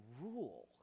rule